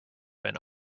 been